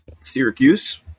Syracuse